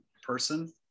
person